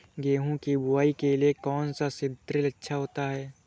गेहूँ की बुवाई के लिए कौन सा सीद्रिल अच्छा होता है?